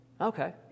Okay